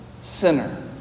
sinner